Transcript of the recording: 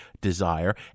desire